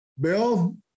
Bill